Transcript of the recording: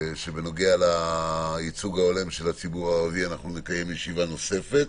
שבנוגע לייצוג הולם לציבור הערבי אנחנו נקיים ישיבה נוספת